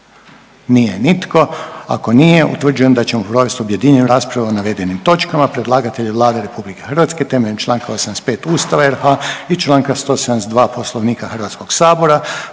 Nije nitko, ako nije utvrđujem da ćemo provest objedinjenu raspravu o navedenim točkama. Predlagatelj je Vlada RH temeljem čl. 85. Ustava RH i čl. 172. Poslovnika HS-a.